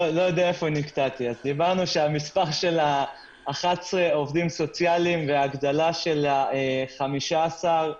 דברנו על המספר של 11 עובדים סוציאליים וההגדלה של 15,